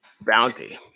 bounty